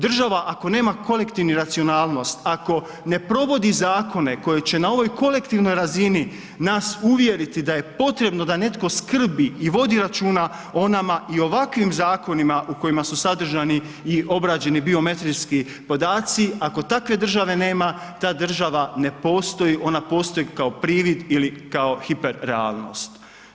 Država ako nema kolektivnu racionalnost, ako ne provodi zakone koji će na ovoj kolektivnoj razini nas uvjeriti da je potrebno da netko skrbi i vodi računa o nama i ovakvim zakonima u kojima su sadržani i obrađeni biometrijski podaci, ako takve države nema, ta država ne postoji, ona postoji kao privid ili kao hiperrealnost.